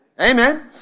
Amen